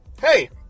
hey